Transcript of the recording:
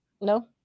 No